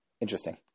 Interesting